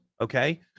Okay